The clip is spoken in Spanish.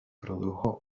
produjo